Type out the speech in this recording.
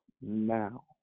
now